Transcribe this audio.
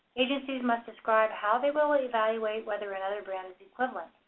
agencies must describe how they will evaluate whether another brand is equivalent.